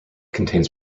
contains